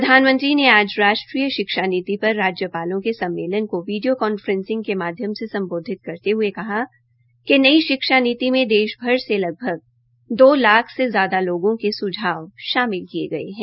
प्रधानमंत्री ने आज राष्ट्रीय शिक्षा नीति पर राज्यपालों के सम्मेलन को वीडियो कांफ्रेसिंग के माध्यम से स्म्बोधित करते हये कहा कि नई शिक्षा नीति में देश भर से लगभग दो लाख से ज्यादा लोगों के सुझाव शामिल किये गये है